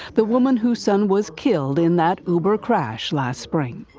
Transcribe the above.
the woman whose son was killed in that uber crash last spring.